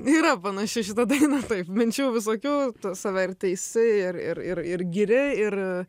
yra panaši į šitą dainą taip minčių visokių tu save ir teisi ir ir ir ir giri ir